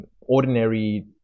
ordinary